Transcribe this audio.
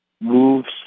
moves